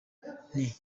nti